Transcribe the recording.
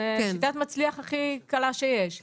זו שיטת מצליח הכי קלה שיש.